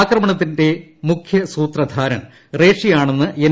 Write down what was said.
ആക്രമണത്തിന്റെ മുഖ്യ സൂത്രധാരൻ റേഷി ആണെന്ന് എൻ